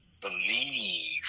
believe